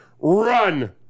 run